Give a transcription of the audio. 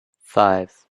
five